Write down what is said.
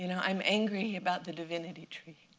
you know i'm angry about the divinity tree.